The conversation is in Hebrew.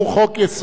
חוק-יסוד.